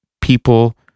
people